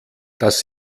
das